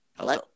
Hello